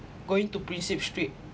going to prinsep street